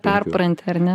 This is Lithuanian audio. perpranti ar ne